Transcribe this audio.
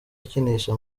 akinisha